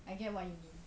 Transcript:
I get what you mean